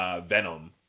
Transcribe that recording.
Venom